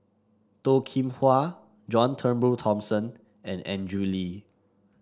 Toh Kim Hwa John Turnbull Thomson and Andrew Lee